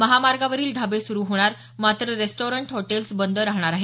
महामार्गावरील ढाबे सुरु होणार मात्र रेस्टॉरंट हॉटेल बंद राहणार आहेत